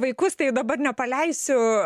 vaikus tai dabar nepaleisiu